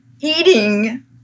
eating